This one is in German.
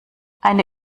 eine